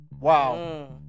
Wow